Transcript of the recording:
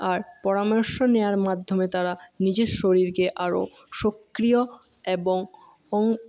আর পরামর্শ নেওয়ার মাধ্যমে তারা নিজের শরীরকে আরো সক্রিয় এবং